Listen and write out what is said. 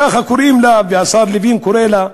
ככה קוראים לה, וכך השר לוין קורא לה,